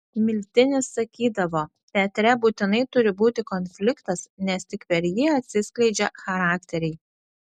miltinis sakydavo teatre būtinai turi būti konfliktas nes tik per jį atsiskleidžia charakteriai